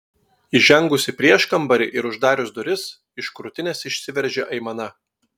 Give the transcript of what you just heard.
įžengus į prieškambarį ir uždarius duris iš krūtinės išsiveržė aimana